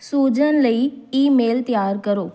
Susan ਲਈ email ਤਿਆਰ ਕਰੋ